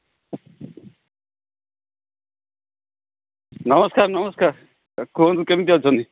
ନମସ୍କାର ନମସ୍କାର କୁହନ୍ତୁ କେମିତି ଅଛନ୍ତି